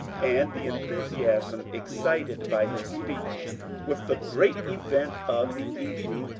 and the enthusiasm excited by his speech was the great event of the evening.